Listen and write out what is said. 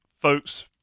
folks